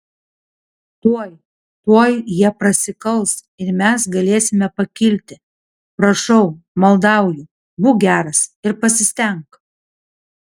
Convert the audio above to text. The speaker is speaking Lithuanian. tuoj tuoj jie prasikals ir mes galėsime pakilti prašau maldauju būk geras ir pasistenk